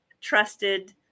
trusted